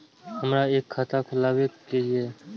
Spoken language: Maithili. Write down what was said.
हमरा एक खाता खोलाबई के ये?